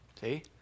See